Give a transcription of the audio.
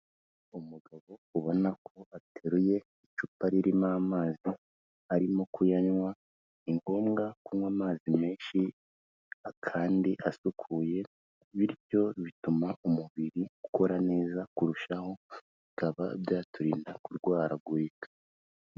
Umugabo ubona ko ateruye icupa ririmo amazi arimo kuyanywa, ni ngombwa kunywa amazi menshi kandi asukuye bityo bituma umubiri ukora neza kurushaho bikaba byaturinda kurwaragurika.